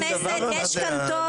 יש כאן תור,